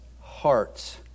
hearts